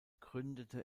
gründete